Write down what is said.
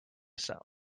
sell